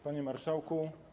Panie Marszałku!